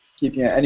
keeping it. and